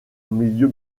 milieu